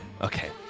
Okay